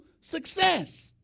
success